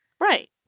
Right